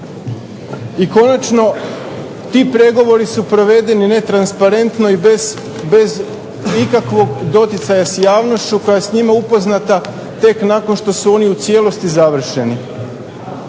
I konačno, ti pregovori su provedeni netransparentno i bez ikakvog doticaja s javnošću koja je s njima upoznata nakon što su oni u cijelosti završeni.